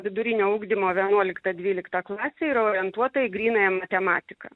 vidurinio ugdymo vienuolikta dvylikta klasė yra orientuota į grynąją matematiką